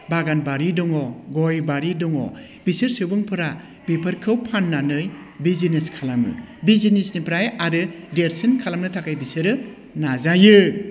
बागान बारि दङ गय बारि दङ बिसोर सुबुंफ्रा बिफोरखौ फान्नानै बिजिनेस खालामो बिजिनेसनिफ्राय आरो देरसिन खालामनो थाखाय बिसोरो नाजायो